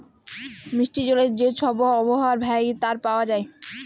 মিষ্টি জলের যে ছব আবহাওয়া হ্যয় আর পাউয়া যায়